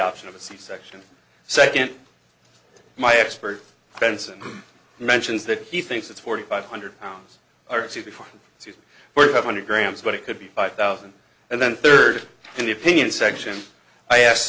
option of a c section second my expert benson mentions that he thinks it's forty five hundred pounds or c before you were five hundred grams but it could be five thousand and then third in the opinion section i asked